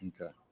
Okay